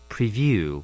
Preview